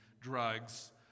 drugs